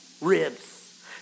ribs